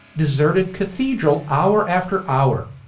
deserted cathedral hour after hour.